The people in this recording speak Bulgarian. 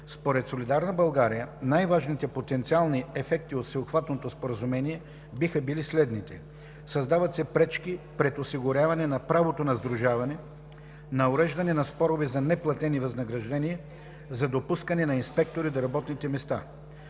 Според „Солидарна България“ най-важните потенциални ефекти от Всеобхватното споразумение биха били следните: - Създават се пречки пред осигуряване на правото на сдружаване, на уреждане на спорове за неплатени възнаграждения, за допускане на инспектори до работните места.